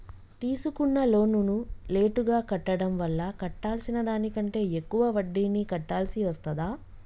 తీసుకున్న లోనును లేటుగా కట్టడం వల్ల కట్టాల్సిన దానికంటే ఎక్కువ వడ్డీని కట్టాల్సి వస్తదా?